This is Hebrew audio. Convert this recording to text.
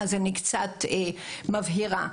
אז אני קצת מבהירה: